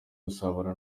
gusabana